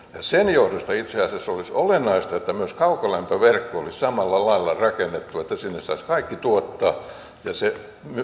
sen johdosta itse asiassa olisi olennaista että myös kaukolämpöverkko olisi samalla lailla rakennettu että sinne saisivat kaikki tuottaa ja se